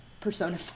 Persona